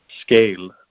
scale